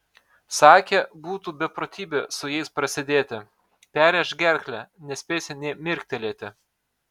sakė būtų beprotybė su jais prasidėti perrėš gerklę nespėsi nė mirktelėti